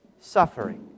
suffering